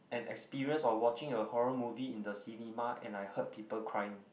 an experience of watching a horror movie in the cinema and I heard people crying